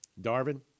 Darvin